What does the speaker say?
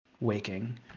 waking